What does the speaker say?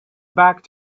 back